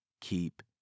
keep